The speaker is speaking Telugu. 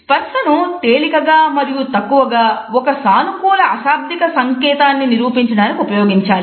స్పర్సను తేలికగా మరియు తక్కువగా ఒక సానుకూల అశాబ్దిక సంకేతాన్ని నిరూపించడానికి ఉపయోగించాలి